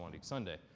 Sunday